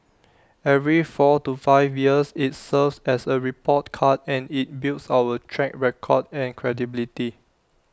every four to five years IT serves as A report card and IT builds our track record and credibility